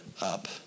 up